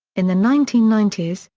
in the nineteen ninety s,